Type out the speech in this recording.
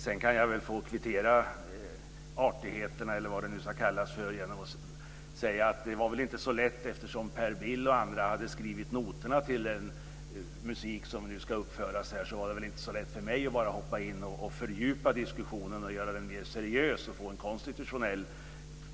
Sedan kan jag väl få kvittera artigheterna, eller vad det nu ska kallas, genom att säga att det inte var så lätt för mig, eftersom Per Bill och andra hade skrivit noterna till den musik som nu ska uppföras här, att hoppa in och fördjupa diskussionen och göra den mer seriös och få en